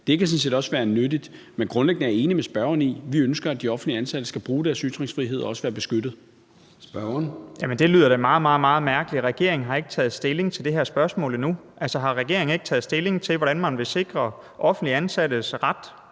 Det kan sådan set også være nyttigt. Men grundlæggende er jeg enig med spørgeren i, at vi ønsker, at de offentligt ansatte skal bruge deres ytringsfrihed og også være beskyttet. Kl. 13:04 Formanden (Søren Gade): Spørgeren. Kl. 13:04 Nick Zimmermann (DF): Jamen det lyder da meget, meget mærkeligt, at regeringen ikke har taget stilling til det her spørgsmål endnu. Altså, har regeringen ikke taget stilling til, hvordan man vil sikre offentligt ansattes ret